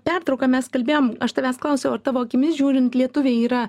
pertrauką mes kalbėjom aš tavęs klausiau ar tavo akimis žiūrint lietuviai yra